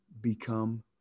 become